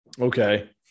okay